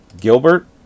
Gilbert